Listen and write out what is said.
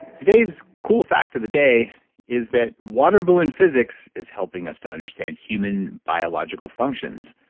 today's cool fact of the day is that water balloon physics is helping us to understand human biological functions,